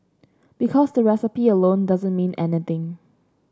because the recipe alone doesn't mean anything